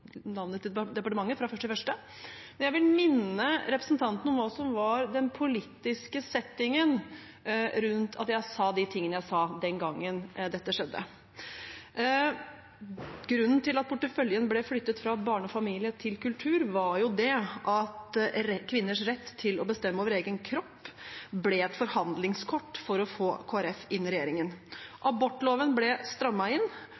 departementet 1. januar 2022. Jeg vil minne representanten om hva som var den politiske settingen rundt at jeg sa det jeg sa den gangen. Grunnen til at porteføljen ble flyttet fra Barne- og familiedepartementet til Kulturdepartementet, var jo at kvinners rett til å bestemme over egen kropp ble et forhandlingskort for å få Kristelig Folkeparti inn i regjeringen. Abortloven ble strammet inn.